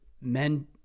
men